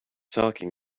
talking